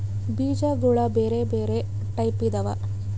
ಬೀಜಗುಳ ಬೆರೆ ಬೆರೆ ಟೈಪಿದವ